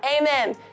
Amen